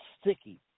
sticky